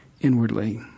inwardly